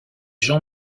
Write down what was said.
jean